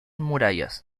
murallas